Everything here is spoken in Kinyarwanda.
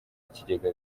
ikigega